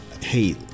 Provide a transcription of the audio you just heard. hey